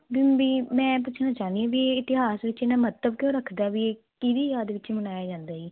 ਵੀ ਮੈਂ ਪੁੱਛਣਾ ਚਾਹੁੰਦੀ ਆ ਵੀ ਇਤਿਹਾਸ ਵਿੱਚ ਐਨਾ ਮਹੱਤਵ ਕਿਉਂ ਰੱਖਦਾ ਵੀ ਕਿਹਦੀ ਯਾਦ ਵਿੱਚ ਮਨਾਇਆ ਜਾਂਦਾ ਜੀ